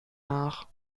nach